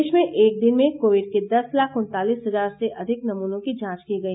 देश में एक दिन में कोविड के दस लाख उन्तालिस हजार से अधिक नमूनों की जांच की गई